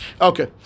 Okay